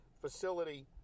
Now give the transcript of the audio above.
facility